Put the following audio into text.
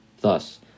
Thus